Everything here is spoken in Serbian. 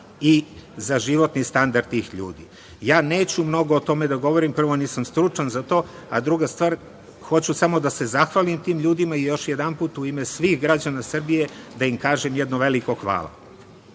i za životni standard tih ljudi. Ja neću mnogo o tome da govorim, prvo nisam stručan za to, a druga stvar, hoću samo da se zahvalim tim ljudima i još jedanput u ime svih građana Srbije da im kažem jedno veliko – hvala. Što